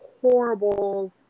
horrible